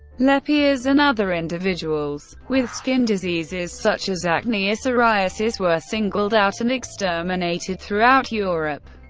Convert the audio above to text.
lepers, and other individuals with skin diseases such as acne or psoriasis, were singled out and exterminated throughout europe.